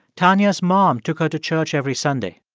tanya's mom took her to church every sunday.